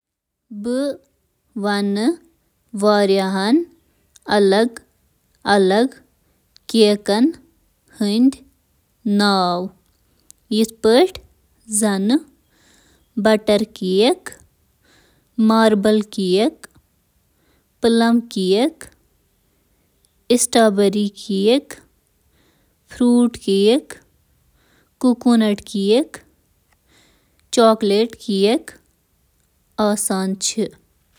کیکٕک چھِ واریاہ قٕسٕم، یِمَن منٛز شٲمِل چھِ: بٹر کیک، فوم کیک، مقبول کیک ذائقہٕ، باقی قٕسمٕک کیک، میٹر کیک تہٕ باقی۔